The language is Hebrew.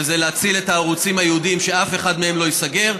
וזה להציל את הערוצים הייעודיים כדי שאף אחד מהם לא ייסגר,